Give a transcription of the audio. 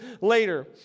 later